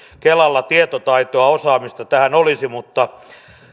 kelalla tietotaitoa osaamista tähän olisi mutta